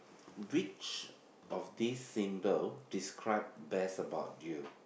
which of this symbol describe best about you